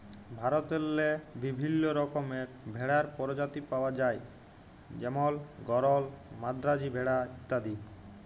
ভারতেল্লে বিভিল্ল্য রকমের ভেড়ার পরজাতি পাউয়া যায় যেমল গরল, মাদ্রাজি ভেড়া ইত্যাদি